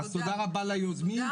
תודה רבה ליוזמים.